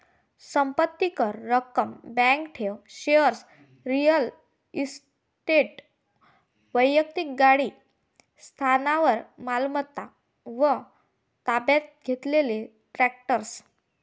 संपत्ती कर, रक्कम, बँक ठेव, शेअर्स, रिअल इस्टेट, वैक्तिक गाडी, स्थावर मालमत्ता व ताब्यात घेतलेले ट्रस्ट